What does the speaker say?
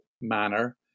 manner